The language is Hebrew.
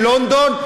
ללונדון,